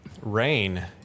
rain